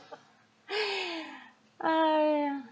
!aiya!